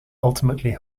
ultimately